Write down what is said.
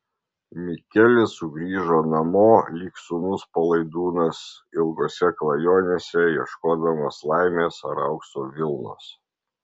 mikelis sugrįžo namo lyg sūnus palaidūnas ilgose klajonėse ieškodamas laimės ar aukso vilnos